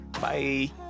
Bye